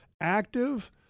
active